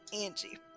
Angie